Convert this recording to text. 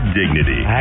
dignity